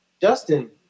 Justin